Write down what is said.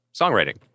songwriting